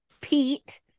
Pete